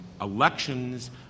Elections